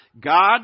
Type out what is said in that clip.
God